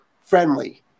friendly